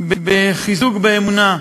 בחיזוק באמונה,